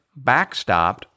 backstopped